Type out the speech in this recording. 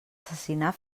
assassinar